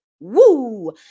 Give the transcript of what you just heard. woo